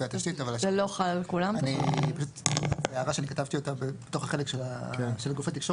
זו הערה שאני כתבתי אותה בתוך החלק של גוף התקשורת